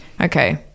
Okay